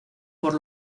por